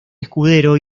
escudero